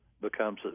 becomes